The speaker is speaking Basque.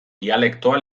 dialektoa